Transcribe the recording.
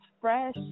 fresh